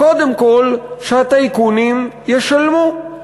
קודם כול, שהטייקונים ישלמו.